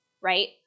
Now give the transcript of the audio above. right